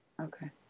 Okay